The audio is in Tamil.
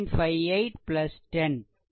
அது 0